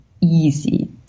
easy